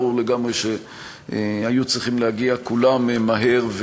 ברור לגמרי שהם היו צריכים להגיע כולם מהר,